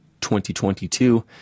2022